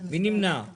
של תושב ישראל, נמחק.